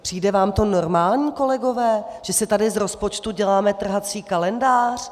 Přijde vám to normální, kolegové, že si tady z rozpočtu děláme trhací kalendář?